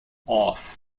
off